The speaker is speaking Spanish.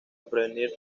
prevenir